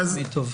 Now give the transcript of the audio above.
זה תמיד טוב.